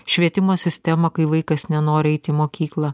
švietimo sistemą kai vaikas nenori eiti į mokyklą